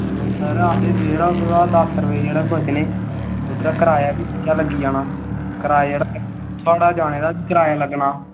ते असेंगी केह्ड़ा दस्स रपे गै बचने इद्धरा किराया बी बिच्चा लग्गी जाना किराया जेह्ड़ा साढ़ा जाने दा बी किराया लग्गना